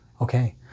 Okay